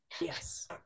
yes